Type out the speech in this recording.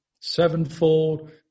sevenfold